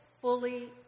fully